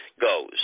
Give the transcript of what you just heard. goes